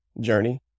journey